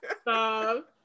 Stop